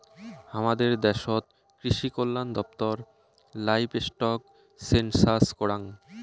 হামাদের দ্যাশোত কৃষিকল্যান দপ্তর লাইভস্টক সেনসাস করাং